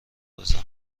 بزن